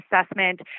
assessment